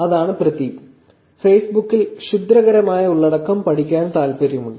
അതാണ് പ്രതിക് ഫെയ്സ്ബുക്കിൽ ക്ഷുദ്രകരമായ ഉള്ളടക്കം പഠിക്കാൻ താൽപ്പര്യമുണ്ട്